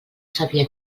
sabia